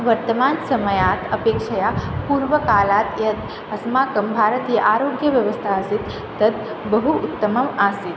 वर्तमानसमयात् अपेक्षया पूर्वकालात् यत् अस्माकं भारतीय आरोग्यव्यवस्था आसीत् तत् बहु उत्तमम् आसीत्